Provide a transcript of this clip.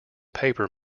paper